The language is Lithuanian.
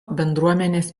bendruomenės